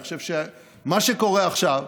מה שקורה עכשיו,